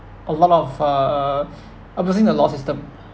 a lot of uh abusing the law system